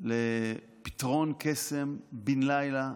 לפתרון קסם בן לילה.